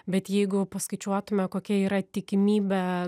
bet jeigu paskaičiuotume kokia yra tikimybė